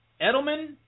Edelman